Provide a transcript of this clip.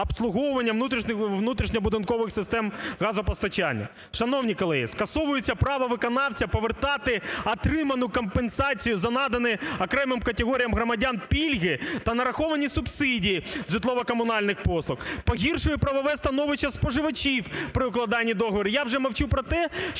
обслуговування внутрішньобудинкових систем газопостачання. Шановні колеги, скасовується право виконавця повертати отриману компенсацію за надані окремим категоріям громадян пільги та нараховані субсидії житлово-комунальних послуг, погіршує правове становище споживачів при укладанні договору.